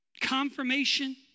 confirmation